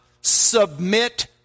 submit